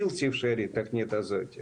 זו בלתי אפשרית התוכנית הזאת.